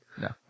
No